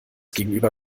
gegenüber